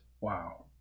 Wow